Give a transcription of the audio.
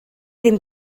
ddim